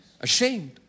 ashamed